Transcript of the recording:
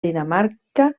dinamarca